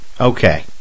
Okay